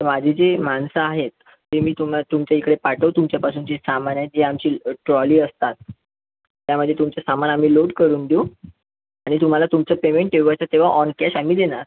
माझी जी माणसं आहेत ती मी तुम तुमच्या इकडे पाठवू तुमच्यापासून जे सामान आहे ते आमची ट्रॉली असतात त्यामध्ये तुमचं सामान आम्ही लोड करून देऊ आणि तुम्हाला तुमचं पेमेंट तेव्हाच्या तेव्हा ऑनकॅश आम्ही देणार